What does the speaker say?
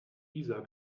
isar